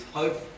hope